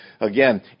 Again